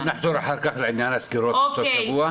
האם נחזור אחר כך לעניין הסגירות בסוף השבוע?